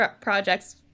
projects